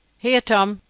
here tom,